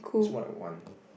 it's more like one